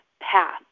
path